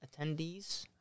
attendees